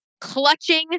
clutching